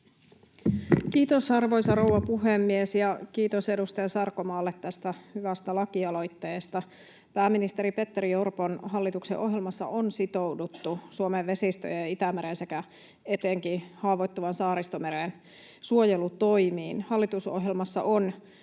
Kiitos, arvoisa rouva puhemies! Kiitos edustaja Sarkomaalle tästä hyvästä lakialoitteesta. Pääministeri Petteri Orpon hallituksen ohjelmassa on sitouduttu Suomen vesistöjen ja Itämeren sekä etenkin haavoittuvan Saaristomeren suojelu-toimiin. Hallitusohjelmassa on